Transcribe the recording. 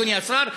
אדוני השר,